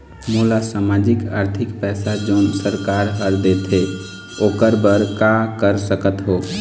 मोला सामाजिक आरथिक पैसा जोन सरकार हर देथे ओकर बर का कर सकत हो?